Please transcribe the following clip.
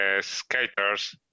skaters